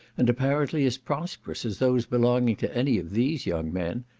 and apparently as prosperous, as those belonging to any of these young men.